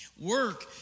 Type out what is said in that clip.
Work